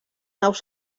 naus